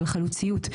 של חלוציות,